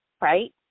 right